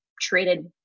traded